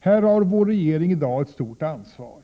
Här har vår regering i dag ett stort ansvar.